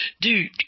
dude